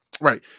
Right